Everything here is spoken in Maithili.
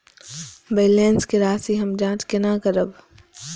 बैलेंस के राशि हम जाँच केना करब?